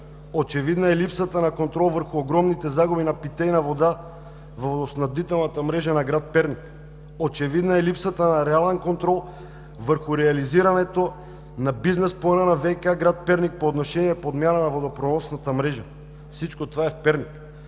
очевидна е липсата на контрол върху огромните загуби на питейна вода във водоснабдителната мрежа на град Перник. Очевидна е липсата на реален контрол върху реализирането на бизнес плана на ВиК – град Перник, по отношение подмяна на водопреносната мрежа – всичко това е в Перник;